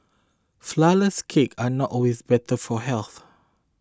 Flourless Cakes are not always better for health